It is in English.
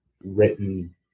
written